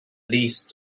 least